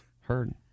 Heard